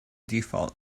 default